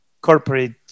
corporate